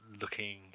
looking